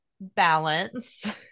balance